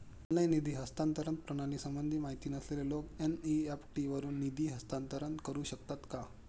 Online निधी हस्तांतरण प्रणालीसंबंधी माहिती नसलेले लोक एन.इ.एफ.टी वरून निधी हस्तांतरण करू शकतात का?